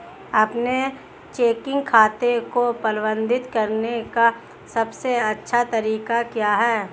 अपने चेकिंग खाते को प्रबंधित करने का सबसे अच्छा तरीका क्या है?